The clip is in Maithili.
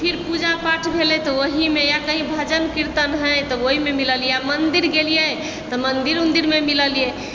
फिर पूजा पाठ भेलै तऽ ओहिमे या कहीं भजन कीर्तन होइ तऽ ओहिमे मिलि लिऽ मन्दिर गेलिये तऽ मन्दिर उन्दिरमे मिलिलियै